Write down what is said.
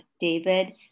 David